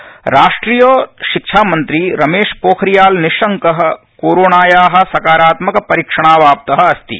पोखरियाब राष्ट्रियशिक्षामंत्री रमेशपोखरियाल निशंक कोरोणाया सकारात्मक परीक्षणावाप्त अस्ति